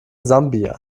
sambia